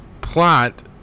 plot